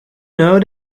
know